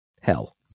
Hell